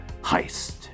Heist